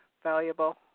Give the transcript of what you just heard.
valuable